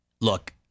look